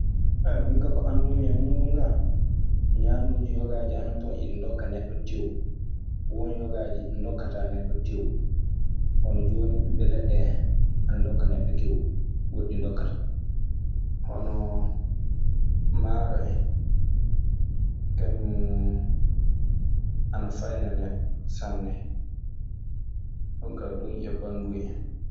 Minkaa ko anndumi ee muuɗum ka ñanduuji yogaaji ana ndokka neɗɗo tew. Won yogaaji ndokkataa neɗɗo tew hono joonin ɓiɓɓe leɗɗe ana ndokka neɗɗo tew goɗɗi ndokkataa. Hono maaro en. Kañun ana fayna neɗɗo sanne. Ɗun kaa, ɗun e banndun en.